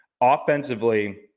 offensively